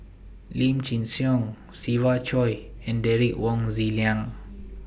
Lim Chin Siong Siva Choy and Derek Wong Zi Liang